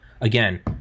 again